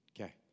Okay